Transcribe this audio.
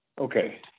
Okay